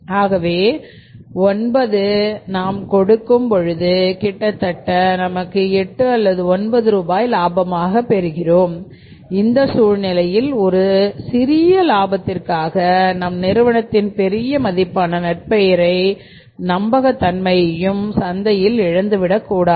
ஆகவே 9 நாம் கொடுக்கும் பொழுது கிட்டத்தட்ட நமக்கு எட்டு அல்லது ஒன்பது ரூபாய் லாபமாக பெறுகிறோம் இந்த சூழ்நிலையில் ஒரு சிறிய லாபத்திற்காக நம் நிறுவனத்தின் பெரிய மதிப்பான நற்பெயரையும் நம்பகத்தன்மையையும் சந்தையில் இழந்துவிடக் கூடாது